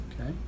Okay